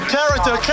Character